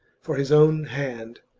for his own hand.